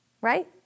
right